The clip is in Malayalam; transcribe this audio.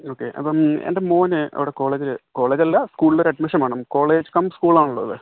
ഓക്കെ അപ്പം എന്റെ മോന് അവിടെ കോളേജിൽ കോളേജ് അല്ല സ്കൂളിൽ ഒരു അഡ്മിഷൻ വേണം കോളേജ് കം സ്കൂൾ ആണല്ലൊ അത്